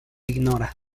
ignora